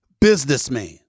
businessman